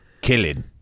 killing